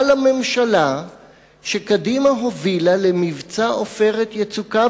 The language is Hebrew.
על הממשלה שקדימה הובילה למבצע "עופרת יצוקה",